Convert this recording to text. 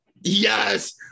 Yes